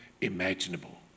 imaginable